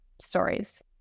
stories